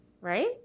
Right